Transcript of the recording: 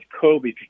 Kobe